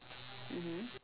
mmhmm